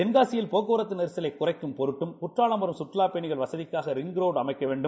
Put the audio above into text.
தென்காசியில்போக்குவரத்துநெரிசலைக்குறைக்கும்பொரு ட்டும்குற்றாலம்வரும்சுற்றுலாப்பயணிகள்வசதிக்காகரிங் ரோடுஅமைக்கவேண்டும்